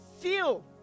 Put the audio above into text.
feel